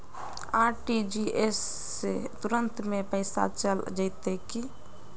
RTGS से तुरंत में पैसा चल जयते की?